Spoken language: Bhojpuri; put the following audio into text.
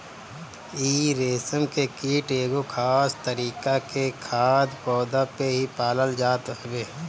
इ रेशम के कीट एगो खास तरीका के खाद्य पौधा पे ही पालल जात हवे